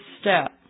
step